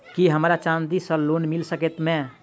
की हमरा चांदी सअ लोन मिल सकैत मे?